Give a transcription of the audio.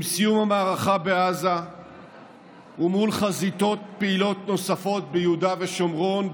עם סיום המערכה בעזה ומול חזיתות פעילות נוספות ביהודה ושומרון,